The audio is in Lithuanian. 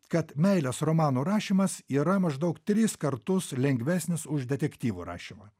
kad meilės romanų rašymas yra maždaug tris kartus lengvesnis už detektyvų rašymą